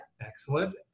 Excellent